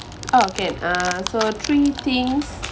oh again uh so three things